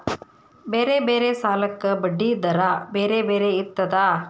ಬೇರೆ ಬೇರೆ ಸಾಲಕ್ಕ ಬಡ್ಡಿ ದರಾ ಬೇರೆ ಬೇರೆ ಇರ್ತದಾ?